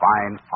Fine